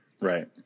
right